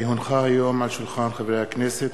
כי הונחה היום על שולחן הכנסת,